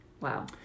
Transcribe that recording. Wow